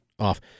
off